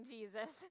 Jesus